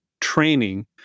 training